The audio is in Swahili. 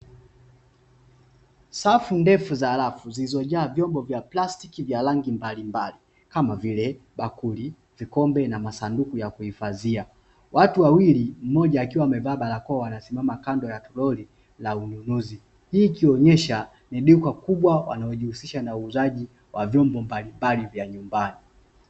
Safu ndefu za rafu zilizojaa vyombo vya plastiki vya rangi mbalimbali kama vile: bakuli, vikombe na masanduku ya kuhifadhia. Watu wawili, mmoja akiwa amevaa barakoa anasimama kando ya tolori la ununuzi. Hii ikionyesha ni duka kubwa wanaojihusisha na vyombo mbalimbali vya nyumbani.